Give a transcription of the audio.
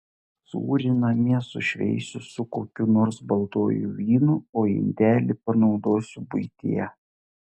sūrį namie sušveisiu su kokiu nors baltuoju vynu o indelį panaudosiu buityje